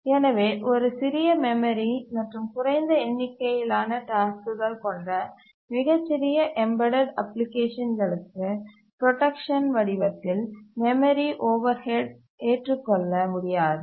எனவே ஒரு சிறிய மெமரி மற்றும் குறைந்த எண்ணிக்கையிலான டாஸ்க்குகள் கொண்ட மிகச் சிறிய எம்பெடட் அப்ளிகேஷன்களுக்கு புரோடக்சன் வடிவத்தில் மெமரி ஓவர்ஹெட் ஏற்று கொள்ள முடியாதது